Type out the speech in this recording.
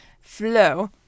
flow